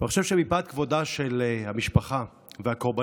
ואני חושב שמפאת כבודה של המשפחה והקורבנות